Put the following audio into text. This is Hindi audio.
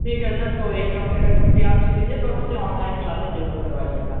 ठीक है सर तो एक हफ्ते की छुट्टी आप ले लीजिए पर उसे ऑनलाइन क्लासेस जरूर करवाएगा